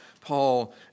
Paul